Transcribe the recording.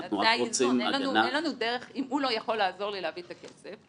אנחנו רק רוצים הגנה --- אם הוא לא יכול לעזור לי להביא את הכסף,